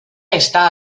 està